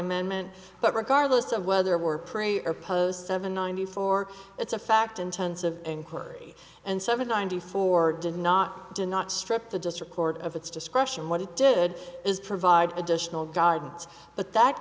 amendment but regardless of whether we're pray or post seven ninety four it's a fact intensive inquiry and seven ninety four did not did not strip the district court of its discretion what it did is provide additional guidance but that